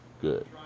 Good